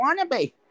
Wannabe